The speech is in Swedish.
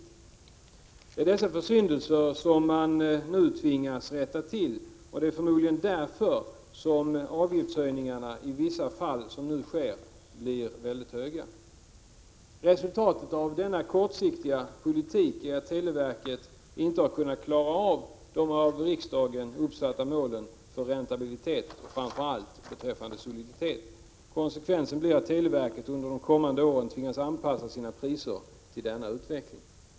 Det är dessa försyndelser som man nu tvingas komma till rätta med. Det är förmodligen därför som avgiftshöjningarna i vissa fall — som nu sker — blir väldigt stora. Resultatet av denna kortsiktiga politik är att televerket inte har kunnat uppnå de av riksdagen uppsatta målen för räntabiliteten och framför allt för soliditeten. Konsekvensen blir att televerket under de kommande åren tvingas anpassa sina priser till denna utveckling.